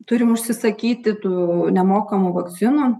turim užsisakyti tų nemokamų vakcinų